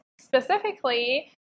specifically